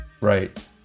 Right